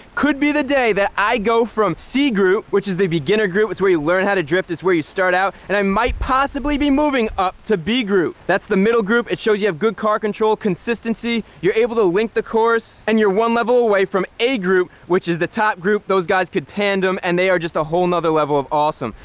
could be the day that i go from c group, which is the beginner group, it's where you learn how to drift, it's where you start out and i might possibly be moving up to b group, that's the middle group. it shows you have good car control consistency, you're able to link the course and you're one level away from a group, which is the top group. those guys could tandem and they are just a whole nother level of awesome,